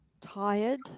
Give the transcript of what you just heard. Tired